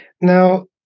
Now